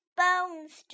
bones